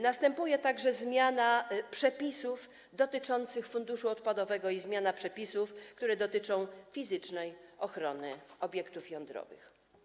Następuje także zmiana przepisów dotyczących funduszu odpadowego i zmiana przepisów, które dotyczą ochrony fizycznej obiektów jądrowych.